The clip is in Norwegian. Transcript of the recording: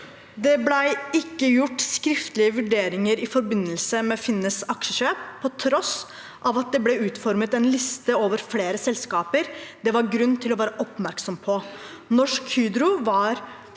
Det ble ikke gjort skrift- lige vurderinger i forbindelse med Finnes’ aksjekjøp på tross av at det ble utformet en liste over flere selskaper det var grunn til å være oppmerksom på. Norsk Hydro var